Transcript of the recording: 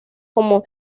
como